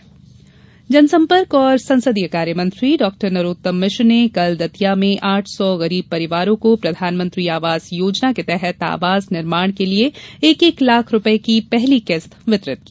आवास योजना जनसंपर्क और संसदीय कार्यमंत्री डाक्टर नरोत्तम मिश्र ने कल दतिया में आठ सौ गरीब परिवारों को प्रधानमंत्री आवास योजना के तहत आवास निर्माण के लिये एक एक लाख रूपये की पहली किश्त वितरित की